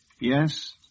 Yes